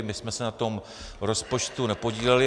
My jsme se na tom rozpočtu nepodíleli.